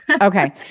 Okay